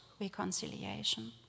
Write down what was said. reconciliation